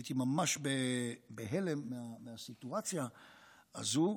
הייתי ממש בהלם מהסיטואציה הזו,